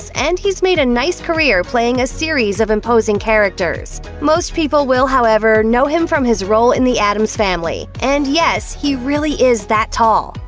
and he's made a nice career playing a series of imposing characters. most people will, however, know him from his role in the addams family, and, yes, he really is that tall.